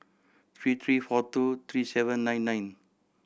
three three four two three seven nine nine